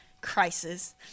crisis